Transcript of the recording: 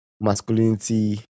masculinity